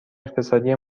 اقتصادی